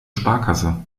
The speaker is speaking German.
sparkasse